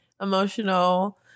emotional